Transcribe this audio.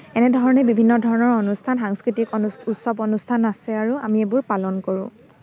এনেধৰণে বিভিন্ন ধৰণৰ অনুষ্ঠান সাংস্কৃতিক অনুষ্ উৎসৱ অনুষ্ঠান আছে আৰু আমি এইবোৰ পালন কৰোঁ